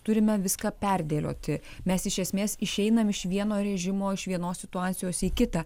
turime viską perdėlioti mes iš esmės išeinam iš vieno režimo iš vienos situacijos į kitą